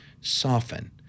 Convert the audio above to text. soften